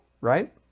right